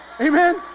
Amen